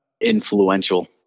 influential